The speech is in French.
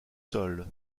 sol